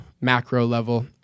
macro-level